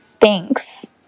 Thanks